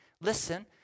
Listen